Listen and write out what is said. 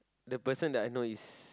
the person that I know is